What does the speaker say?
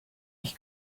ich